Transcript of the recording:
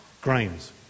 grains